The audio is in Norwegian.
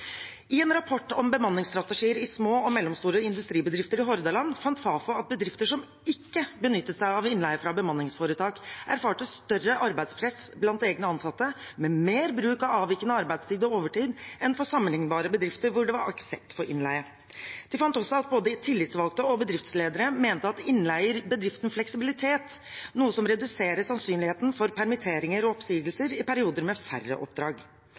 I en rapport om bemanningsstrategier i små og mellomstore industribedrifter i Hordaland fant Fafo at bedrifter som ikke benyttet seg av innleie fra bemanningsforetak, erfarte større arbeidspress blant egne ansatte og mer bruk av avvikende arbeidstid og overtid enn for sammenlignbare bedrifter hvor det var aksept for innleie. De fant også at både tillitsvalgte og bedriftsledere mente at innleie gir bedriften fleksibilitet, noe som reduserer sannsynligheten for permitteringer og oppsigelser i perioder med færre oppdrag.